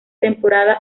temporada